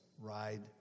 ride